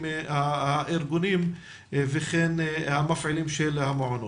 הארגונים וכן המפעילים של המעונות.